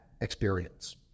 experience